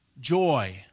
joy